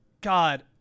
God